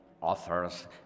authors